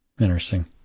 Interesting